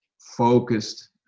focused